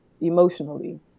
emotionally